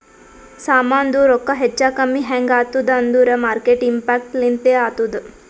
ಸಾಮಾಂದು ರೊಕ್ಕಾ ಹೆಚ್ಚಾ ಕಮ್ಮಿ ಹ್ಯಾಂಗ್ ಆತ್ತುದ್ ಅಂದೂರ್ ಮಾರ್ಕೆಟ್ ಇಂಪ್ಯಾಕ್ಟ್ ಲಿಂದೆ ಆತ್ತುದ